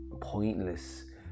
pointless